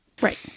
Right